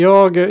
Jag